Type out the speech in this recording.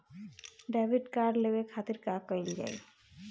Debit card लेवे के खातिर का कइल जाइ?